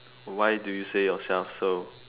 why do you say yourself so